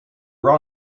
run